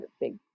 big